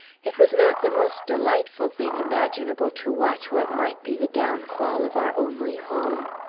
it was not the most delightful thing imaginable to watch what might be the downfall of our only home!